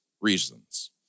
reasons